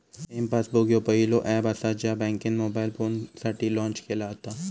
M passbook ह्यो पहिलो app असा ज्या बँकेन मोबाईल फोनसाठी लॉन्च केला व्हता